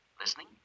Listening